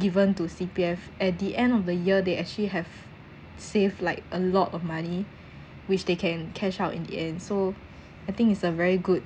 given to C_P_F at the end of the year they actually have save like a lot of money which they can cash out in the end so I think it's a very good